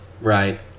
right